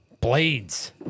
blades